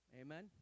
Amen